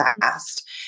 fast